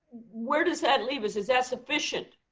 where does that leave us? is that sufficient?